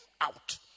out